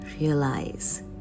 realize